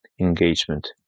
engagement